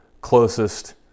closest